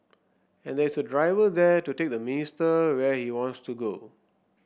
and there is a driver there to take the minister where he wants to go